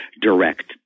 direct